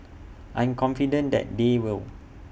I'm confident that they will